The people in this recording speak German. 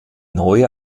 neue